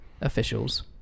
officials